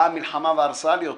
באה המלחמה והרסה לי אותו.